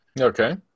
Okay